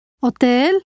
Hotel